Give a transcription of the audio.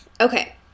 Okay